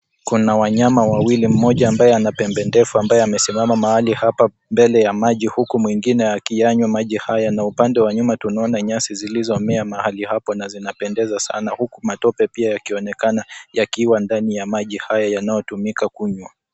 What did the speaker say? Kuna wanyama wawili, mmoja ambaye ana pembe ndefu amabye amesimama mahali hapa mbele ya maji huku, mwingine akiyanywa maji haya. Upande wa nyuma tunaona nyasi zilizomea mahali hapa na zinapendeza sana, huku matope pia yakiinekana yakiwa ndani ya maji haya yanayotumika kunywa.